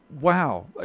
wow